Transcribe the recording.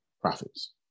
profits